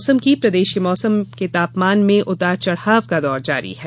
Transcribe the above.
मौसम प्रदेश के मौसम में तापमान के उतार चढ़ाव का दौर जारी है